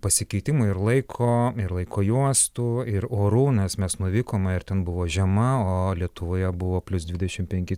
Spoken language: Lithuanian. pasikeitimo ir laiko ir laiko juostų ir orų nes mes nuvykome ir ten buvo žema o lietuvoje buvo plius dvidešim penki